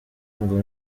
ngo